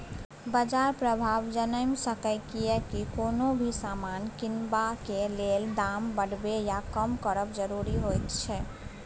बाजार प्रभाव जनैम सकेए कियेकी कुनु भी समान किनबाक लेल दाम बढ़बे या कम करब जरूरी होइत छै